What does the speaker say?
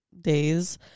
days